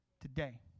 Today